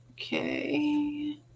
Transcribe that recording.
okay